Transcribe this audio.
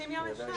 30 יום אפשר.